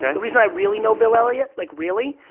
yeah the reason i really know bill elliot, like really,